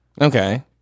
Okay